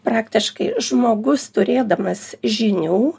praktiškai žmogus turėdamas žinių